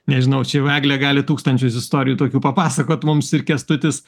nežinau čia jau eglė gali tūkstančius istorijų tokių papasakoti mums ir kęstutis